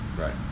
right